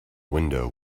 window